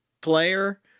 player